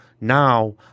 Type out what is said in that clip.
now